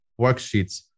worksheets